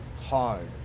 hard